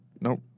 nope